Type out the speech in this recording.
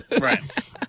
right